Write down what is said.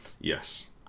Yes